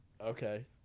okay